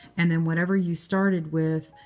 and then whenever you started with,